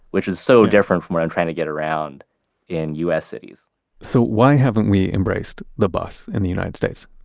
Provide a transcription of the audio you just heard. which is so different from when i'm trying to get around in us cities so why haven't we embraced the bus in the united states?